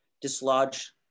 Dislodge